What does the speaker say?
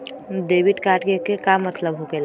Debit card के का मतलब होकेला?